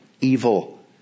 evil